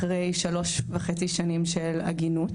אחרי שלוש שנים וחצי של עגינות.